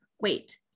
wait